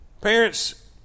Parents